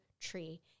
tree